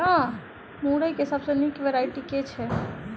मुरई केँ सबसँ निक वैरायटी केँ छै?